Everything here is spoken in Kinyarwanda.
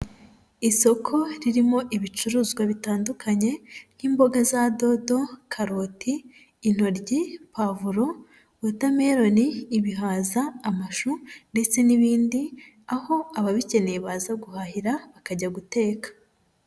Isoko ririmo ibicuruzwa bitandukanye nk'imboga za dodo, karoti, intoryi, pavuro, wotameroni, ibihaza, amashu ndetse n'ibindi, aho ababikeneye baza guhahira bakajya guteka.